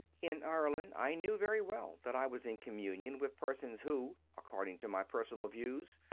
in ireland i knew very well that i was in communion with persons who, according to my personal views,